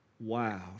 Wow